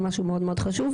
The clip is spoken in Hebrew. משהו מאוד חשוב,